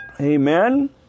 amen